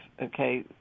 okay